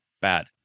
bad